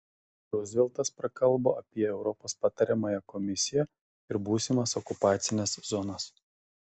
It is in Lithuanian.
ruzveltas prakalbo apie europos patariamąją komisiją ir būsimas okupacines zonas